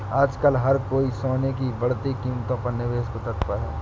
आजकल हर कोई सोने की बढ़ती कीमतों पर निवेश को तत्पर है